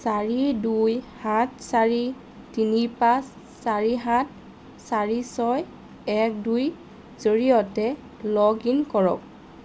চাৰি দুই সাত চাৰি তিনি পাঁচ চাৰি সাত চাৰি ছয় এক দুইৰ জৰিয়তে লগ ইন কৰক